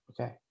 Okay